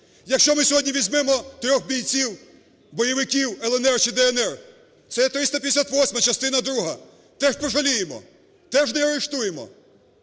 Якщо ми сьогодні візьмемо трьох бійців-бойовиків "ЛНР" чи "ДНР", це 358-а частина друга, теж пожаліємо? Теж не арештуємо?